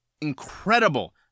incredible